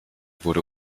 wurde